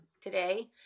today